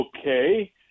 okay